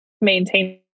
maintain